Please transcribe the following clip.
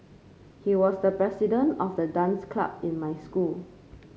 he was the president of the dance club in my school